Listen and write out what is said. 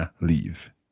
leave